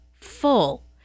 full